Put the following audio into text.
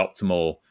optimal